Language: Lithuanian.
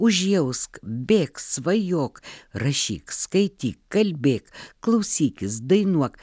užjausk bėk svajok rašyk skaityk kalbėk klausykis dainuok